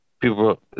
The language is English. people